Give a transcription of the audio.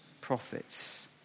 prophets